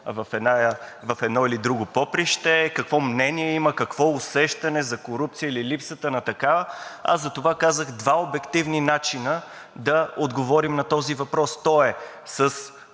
в едно или друго поприще, какво мнение има, какво усещане – за корупция или липсата на такава, аз казах: два са обективните начини да отговорим на този въпрос – със